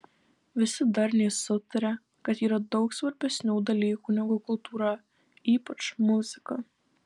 visi darniai sutaria kad yra daug svarbesnių dalykų negu kultūra ypač muzika